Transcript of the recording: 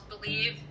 believe